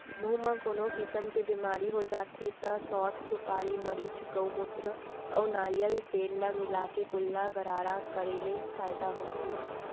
मुंह म कोनो किसम के बेमारी हो जाथे त सौंठ, सुपारी, मरीच, गउमूत्र अउ नरियर तेल ल मिलाके कुल्ला गरारा करे ले फायदा होथे